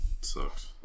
sucks